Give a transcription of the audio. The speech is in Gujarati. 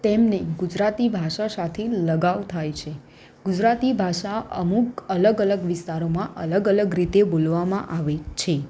તેમને ગુજરાતી ભાષા સાથે લગાવ થાય છે ગુજરાતી ભાષા અમુક અલગ અલગ વિસ્તારોમાં અલગ અલગ રીતે બોલવામાં આવે છે